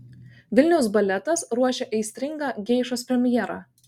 vilniaus baletas ruošia aistringą geišos premjerą